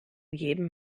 jedem